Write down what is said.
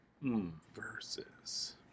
versus